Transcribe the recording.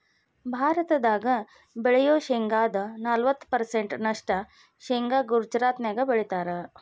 ಭಾರತದಾಗ ಬೆಳಿಯೋ ಶೇಂಗಾದ ನಲವತ್ತ ಪರ್ಸೆಂಟ್ ನಷ್ಟ ಶೇಂಗಾ ಗುಜರಾತ್ನ್ಯಾಗ ಬೆಳೇತಾರ